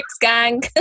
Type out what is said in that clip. gang